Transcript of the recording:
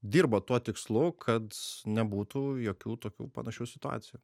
dirba tuo tikslu kad nebūtų jokių tokių panašių situacijų